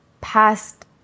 past